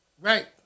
right